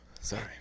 Sorry